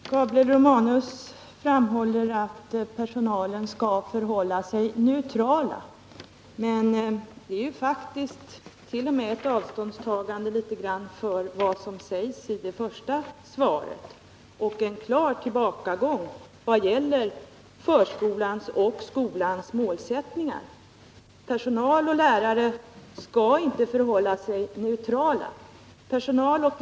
Herr talman! Gabriel Romanus framhåller att personalen skall förhålla sig neutral. Det är faktiskt ett litet avståndstagande från vad som sades i det första svaret och en klar tillbakagång vad det gäller förskolans och skolans målsättningar. Personal och lärare skall inte förhålla sig neutrala.